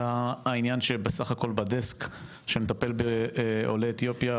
עלה העניין שבסך הכול בדסק שמטפל בעולי אתיופיה,